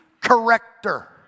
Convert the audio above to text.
corrector